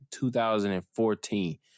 2014